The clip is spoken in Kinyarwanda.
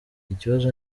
ikibazo